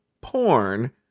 porn